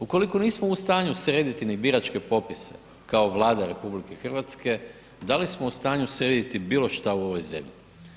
Ukoliko nismo u stanju srediti ni biračke popise kao Vlada RH da li smo u stanju srediti bilo šta u ovoj zemlji?